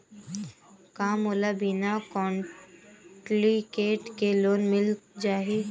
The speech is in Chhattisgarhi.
का मोला बिना कौंटलीकेट के लोन मिल जाही?